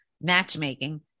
matchmaking